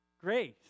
grace